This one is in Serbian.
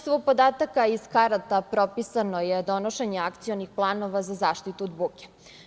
Na osnovu podataka iz karata, propisano je donošenje akcionih planova za zaštitu od buke.